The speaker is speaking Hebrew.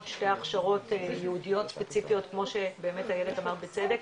שתי הכשרות ייעודיות ספציפיות כמו שבאמת איילת אמרת בצדק,